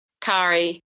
Kari